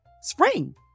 spring